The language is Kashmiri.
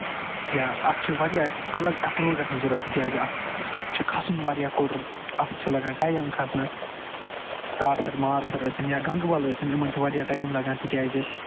یا اَتھ چھِ واریاہ اَسہِ اکھ الگ اٮ۪پروچ آسان ضرتھ تِکیازِ اَتھ چھُ کھسُن واریاہ کُڈُر اَتھ چھُ لَگان ٹایم کھسنَس تارسَر مارسَر ٲسِنۍ یا گَنگہٕ بَل ٲسِنۍ یِمَن چھِ واریاہ ٹایم لَگان تِکیازِ